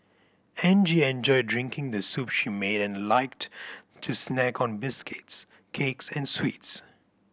Angie enjoyed drinking the soup she made and liked to snack on biscuits cakes and sweets